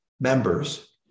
members